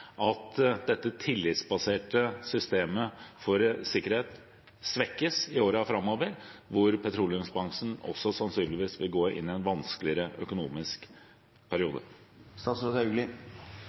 at dette tillitsbaserte systemet for sikkerhet svekkes i årene framover, hvor petroleumsbransjen sannsynligvis vil gå inn i en vanskeligere økonomisk